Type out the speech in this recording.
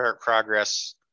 progress